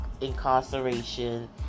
incarceration